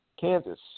Kansas